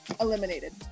eliminated